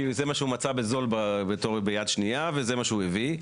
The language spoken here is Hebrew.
כי זה מה שהוא מצא בזול ביד שנייה וזה מה שהוא הביא.